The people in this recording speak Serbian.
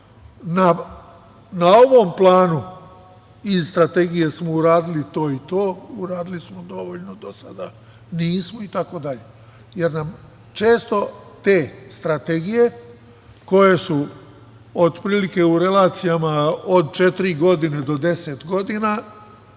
na ovom planu iz strategije smo uradili to i to, uradili smo dovoljno, do sada nismo, jer nam često te strategije koje su otprilike u relacijama od četiri do deset godina